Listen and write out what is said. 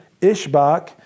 Ishbak